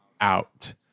out